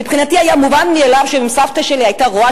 מבחינתי היה מובן מאליו שאם סבתא שלי היתה רואה